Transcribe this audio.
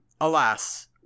alas